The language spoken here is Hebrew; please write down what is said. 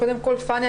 קודם כל פני,